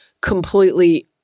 completely